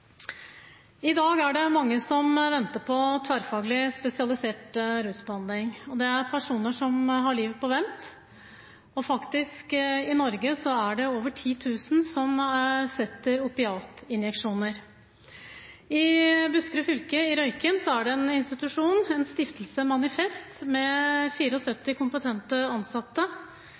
I dag er det mange som venter på tverrfaglig spesialisert rusbehandling. Det er personer som har livet på vent. I Norge er det faktisk over 10 000 som setter opiatinjeksjoner. I Buskerud fylke, i Røyken, er det en institusjon, stiftelsen Manifestsenteret, med 74 kompetente ansatte.